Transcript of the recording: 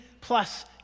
plus